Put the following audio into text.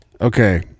Okay